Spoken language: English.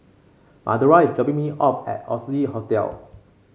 Madora is dropping me off at Oxley Hotel